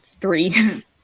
three